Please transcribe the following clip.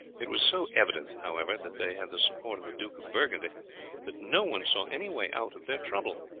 it was so evident, however, that they had the support of the duke of burgundy that no one saw any way out of their trouble,